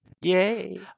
Yay